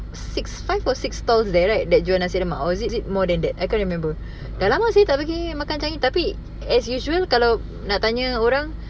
six five or six stalls there right that jual nasi lemak or is it is it more than that I can't remember dah lama seh tak pergi makan changi tapi as usual kalau nak tanya orang